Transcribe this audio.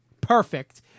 Perfect